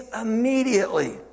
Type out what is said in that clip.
immediately